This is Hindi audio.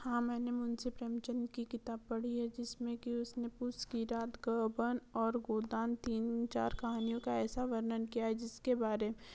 हाँ मैंने मुंशी प्रेमचंद्र की किताब पढ़ी है जिसमें कि उसने पूस की रात गबन और गोदान तीन चार कहानियों का ऐसा वर्णन किया है कि जिसके बारे